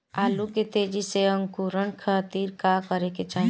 आलू के तेजी से अंकूरण खातीर का करे के चाही?